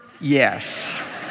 Yes